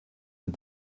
and